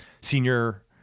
senior